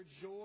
joy